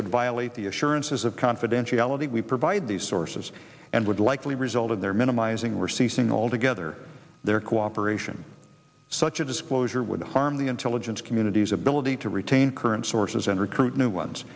would violate the assurances of confidentiality we provide these sources and would likely result in their minimizing we're ceasing altogether their cooperation such a disclosure would harm the intelligence community's ability to retain current sources and recruit new ones